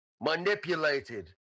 manipulated